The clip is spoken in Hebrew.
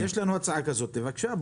יש לנו הצעה כזאת, בבקשה, בוא נתקדם.